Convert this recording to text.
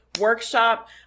workshop